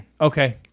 Okay